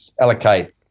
allocate